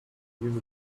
use